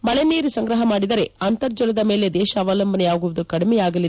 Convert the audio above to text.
ಮಳೆ ನೀರು ಸಂಗ್ರಹ ಮಾಡಿದರೆ ಅಂತರ್ಜಲದ ಮೇಲೆ ದೇಶ ಅವಲಂಬನೆಯಾಗುವುದು ಕಡಿಮೆಯಾಗಲಿದೆ